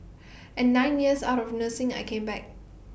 and nine years out of nursing I came back